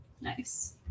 Nice